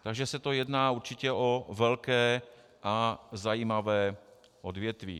Takže se tu jedná určitě o velké a zajímavé odvětví.